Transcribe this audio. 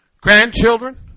grandchildren